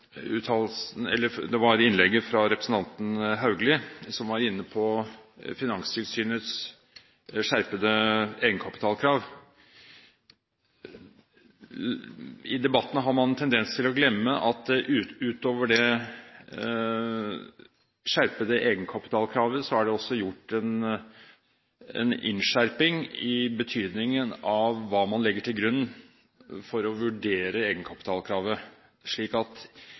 innlegget fra representanten Haugli, som var inne på Finanstilsynets skjerpede egenkapitalkrav. I debatten har man en tendens til å glemme at utover det skjerpede egenkapitalkravet er det også gjort en innskjerping i betydningen hva man legger til grunn for å vurdere egenkapitalkravet.